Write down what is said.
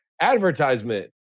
advertisement